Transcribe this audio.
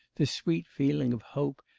this sweet feeling of hope,